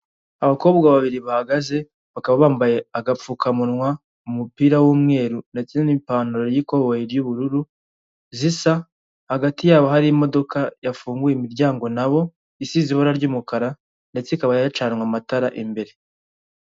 Abakobwa babiri bahagaze bakaba bambaye agapfukamunwa mu mupira w'umweru ndetse n'ipantaro y'ikoboyi ry'ubururu zisa, hagati yabo hari imodoka yafunguye imiryango nabo isize ibara ry'umukara ndetse ikaba yacanwe amatara imbere.